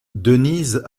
denise